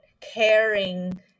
caring